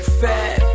fat